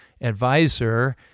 advisor